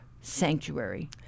sanctuary